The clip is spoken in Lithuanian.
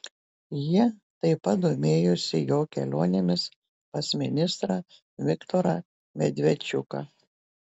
jie taip pat domėjosi jo kelionėmis pas ministrą viktorą medvedčuką